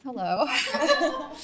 Hello